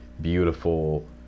beautiful